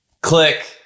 Click